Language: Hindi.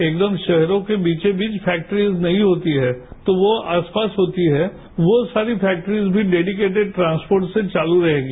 एकदम शहरों के बीचॉबीच फैक्ट्रीज नहीं होती है तो वो आसपास होती है वो सारी फैक्ट्रीज भी डेडीकेटेड ट्रांसपोर्ट से चालू रहेगी